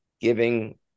giving